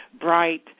bright